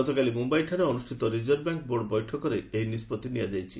ଗତକାଲି ମୁମ୍ୟାଇଠାରେ ଅନୁଷ୍ଠିତ ରିଜର୍ଭ ବ୍ୟାଙ୍କ୍ ବୋର୍ଡର ଏକ ବୈଠକରେ ଏହି ନିଷ୍ପଭି ନିଆଯାଇଛି